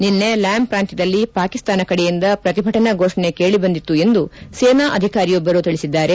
ನಿನ್ನೆ ಲಾಮ್ ಪ್ರಾಂತ್ಯದಲ್ಲಿ ಪಾಕಿಸ್ತಾನ ಕಡೆಯಿಂದ ಫ್ರತಿಭಟನಾ ಘೋಷಣೆ ಕೇಳಿಬಂದಿತ್ತು ಎಂದು ಸೇನಾ ಅಧಿಕಾರಿಯೊಬ್ಬರು ತಿಳಿಸಿದ್ದಾರೆ